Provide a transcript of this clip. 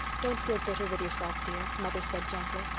don't feel bitter with yourself, dear mother said gently.